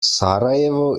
sarajevo